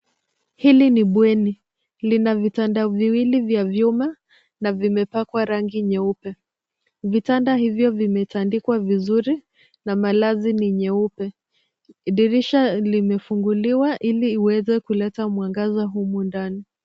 Hili ni bweni, lina vitanda viwili vya vyuma na vimepakwa rangi nyeupe. Vitanda hivyo vimetandika vizuri na malazi ni nyeupe. Dirisha limefunguliwa ili iweze kuleta mwangaza humo ndani.